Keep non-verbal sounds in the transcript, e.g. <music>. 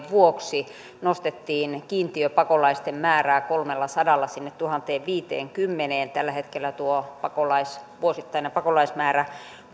<unintelligible> vuoksi nostettiin kiintiöpakolaisten määrää kolmellasadalla sinne tuhanteenviiteenkymmeneen tällä hetkellä tuo vuosittainen pakolaismäärä